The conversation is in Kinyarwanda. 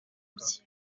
bye